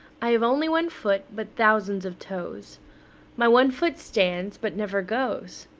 i have only one foot, but thousands of toes my one foot stands, but never goes.